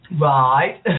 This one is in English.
Right